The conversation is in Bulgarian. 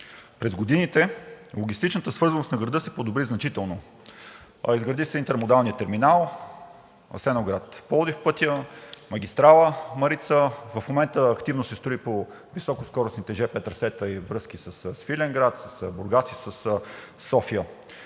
През годините логистичната свързаност на града се подобри значително – изградиха се интермодалният терминал, пътят Асеновград – Пловдив, магистрала „Марица“. В момента активно се строи по високоскоростните жп трасета и връзките със Свиленград, с Бургас и със София.